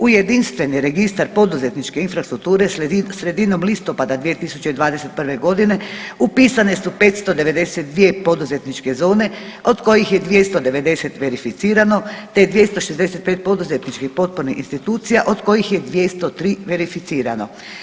U jedinstveni registar poduzetničke infrastrukture sredinom listopada 2021.g. upisane su 592 poduzetničke zone od kojih je 290 verificirano, te 265 poduzetničkih potpornih institucija od kojih je 203 verificirano.